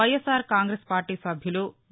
YSR Congress party సభ్యులు వి